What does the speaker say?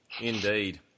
Indeed